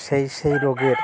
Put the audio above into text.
সেই সেই রোগের